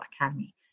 Academy